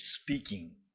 speaking